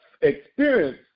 experience